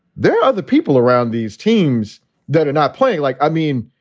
there are other people around these teams that are not playing. like i mean,